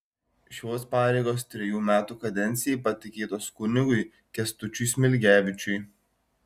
šios pareigos trejų metų kadencijai patikėtos kunigui kęstučiui smilgevičiui